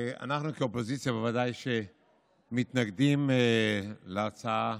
אנחנו כאופוזיציה בוודאי שמתנגדים להצעה